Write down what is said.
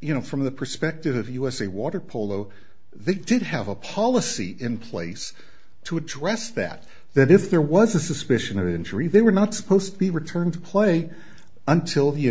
you know from the perspective of usa waterpolo they did have a policy in place to address that that if there was a suspicion of an injury they were not supposed to be returned to play until the